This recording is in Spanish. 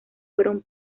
fueron